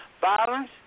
violence